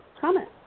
comment